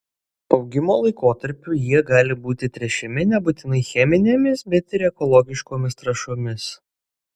augimo laikotarpiu jie gali būti tręšiami nebūtinai cheminėmis bet ir ekologiškomis trąšomis